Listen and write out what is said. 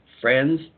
friends